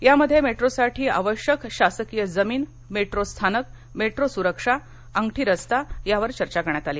यामध्ये मेट्रोसाठी आवश्यक शासकीय जमीन मेट्रो स्थानक मेट्रो सुरक्षा अंगठी रस्ता यावर चर्चा करण्यात आली